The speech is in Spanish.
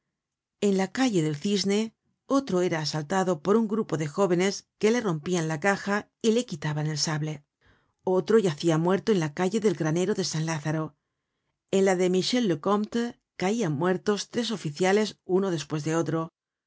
en la calle del cisne otro era asaltado por un grupo de jóvenes que le rompian la caja y le quitaban el sable otro yacía muerto en la calle del granero de san lázaro en la de michel le comte caian muertos tres oficiales uno despues de otro